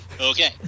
Okay